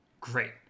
great